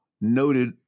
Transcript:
noted